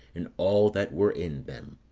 and all that were in them.